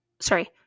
Sorry